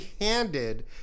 handed